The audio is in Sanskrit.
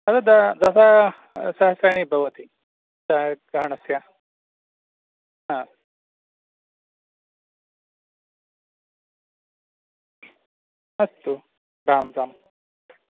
तदद् दश सहस्राणि भवति छायाग्रहणस्य ह अस्तु रां राम्